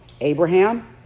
Abraham